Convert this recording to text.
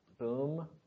Boom